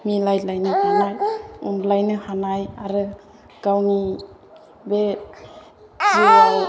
मिलायना थानाय अनलायनो हानाय आरो गावनि बे जिउआव